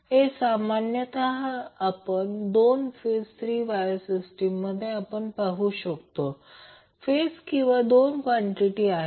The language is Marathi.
हे सामान्यतः आपले 2 फेज 3 वायर सिस्टीम जेथे आपण पाहू शकता फेज किंवा 2 कॉन्टिटी आहे